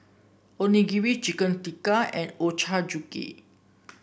Onigiri Chicken Tikka and Ochazuke